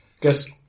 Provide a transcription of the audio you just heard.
guess